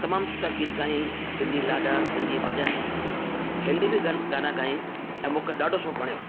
तमामु सुठा गीत गायईं सिंधी लाॾा सिंधी भॼन हिंदी बि गाना गाई ऐं मूंखे ॾाढो वणियो